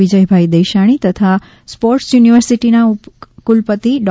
વિજયભાઈ દેશાણી તથા સ્પોર્ટ્સ યુનિવર્સિટીના કુલપતિશ્રી ડો